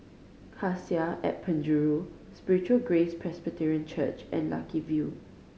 Cassia at Penjuru Spiritual Grace Presbyterian Church and Lucky View